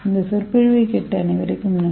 இந்த சொற்பொழிவைக் கேட்ட அனைவருக்கும் நன்றி